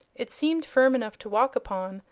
it seemed firm enough to walk upon,